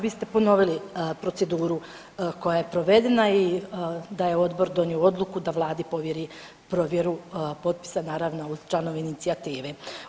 Vi ste ponovili proceduru koja je provedena i da je odbor donio odluku da Vladi povjeri provjeru potpisa, naravno uz članove inicijative.